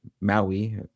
Maui